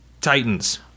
titans